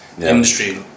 industry